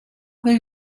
they